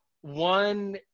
One